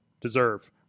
deserve